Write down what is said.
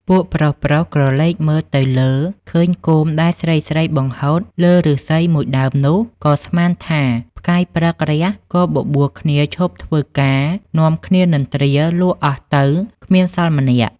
ពួកប្រុសៗក្រឡកមើលទៅលើឃើញគោមដែលស្រីៗបង្ហូតលើឬស្សីមួយដើមនោះ ក៏ស្មានថាផ្កាយព្រឹករះក៏បបួលគ្នាឈប់ធ្វើការ នាំគ្នានិន្រ្ទាលក់អស់ទៅគ្មានសល់ម្នាក់។